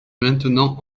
maintenant